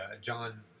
John